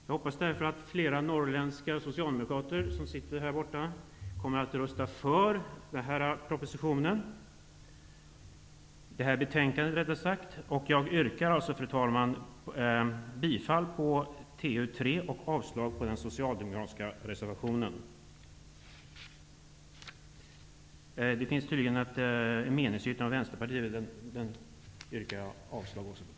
Jag hoppas därför att flera norrländska socialdemokrater kommer att rösta för hemställan i betänkandet. Fru talman! Jag yrkar bifall till hemställan i trafikutskottets betänkande 3 och avslag på den socialdemokratiska reservationen. Jag yrkar också avslag på meningsyttringen från Vänsterpartiet.